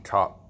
Top